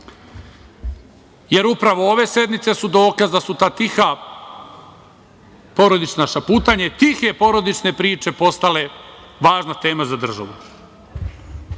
Jer, upravo ove sednice su dokaz da su ta tiha porodična šaputanja i tihe porodične priče postale važna tema za državu. Sa